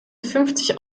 fünfzig